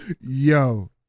Yo